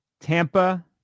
Tampa